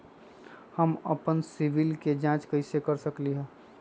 हम अपन सिबिल के जाँच कइसे कर सकली ह?